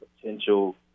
potential